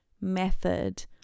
method